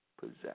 possess